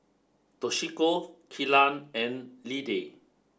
Toshiko Kelan and Lidie